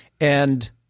And-